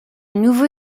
nouveau